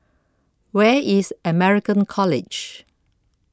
Where IS American College